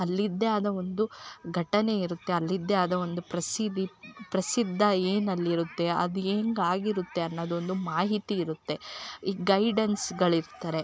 ಅಲ್ಲಿದ್ದೇ ಆದ ಒಂದು ಘಟನೆ ಇರುತ್ತೆ ಅಲ್ಲಿದ್ದೆ ಆದ ಒಂದು ಪ್ರಸಿದ್ಧಿ ಪ್ರಸಿದ್ಧ ಏನು ಅಲ್ಲಿ ಇರುತ್ತೆ ಅದು ಹೆಂಗಾಗಿರುತ್ತೆ ಅನ್ನೋದೊಂದು ಮಾಹಿತಿ ಇರುತ್ತೆ ಈ ಗೈಡೆನ್ಸ್ಗಳು ಇರ್ತಾರೆ